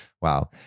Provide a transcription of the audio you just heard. Wow